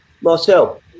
Marcel